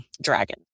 dragon